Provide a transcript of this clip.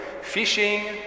fishing